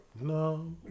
no